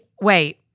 Wait